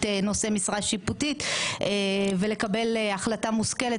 נושאי משרה שיפוטית ולקבל החלטה מושכלת,